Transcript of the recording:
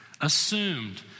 assumed